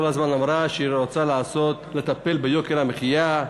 כל הזמן אמרה שהיא רוצה לטפל ביוקר המחיה,